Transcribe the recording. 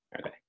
Okay